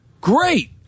Great